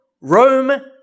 Rome